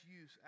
use